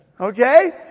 Okay